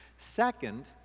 Second